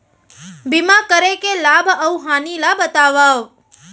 बीमा करे के लाभ अऊ हानि ला बतावव